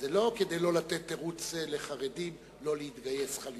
זה לא כדי לתת תירוץ לחרדים לא להתגייס, חלילה.